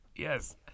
Yes